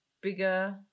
bigger